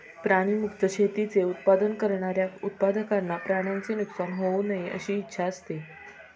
प्राणी मुक्त शेतीचे उत्पादन करणाऱ्या उत्पादकांना प्राण्यांचे नुकसान होऊ नये अशी इच्छा असते